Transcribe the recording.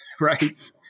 Right